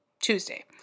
Tuesday